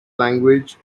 language